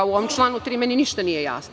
U ovom članu 3. meni ništa nije jasno.